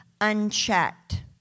unchecked